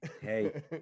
hey